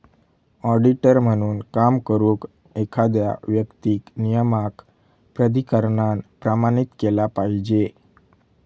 auditor म्हणून काम करुक, एखाद्या व्यक्तीक नियामक प्राधिकरणान प्रमाणित केला पाहिजे